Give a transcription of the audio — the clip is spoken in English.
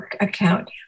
account